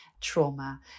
trauma